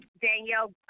Danielle